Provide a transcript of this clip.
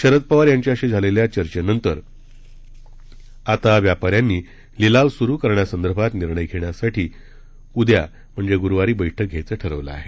शरद पवार यांच्याशी झालेल्या चर्चेनंतर आता व्यापाऱ्यांनी लिलाव सुरू करण्यासंदर्भात निर्णय घेण्यासाठी उद्या म्हणजे गुरुवारी बैठक घ्यायचं ठरवलं आहे